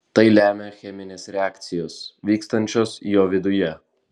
tai lemia cheminės reakcijos vykstančios jo viduje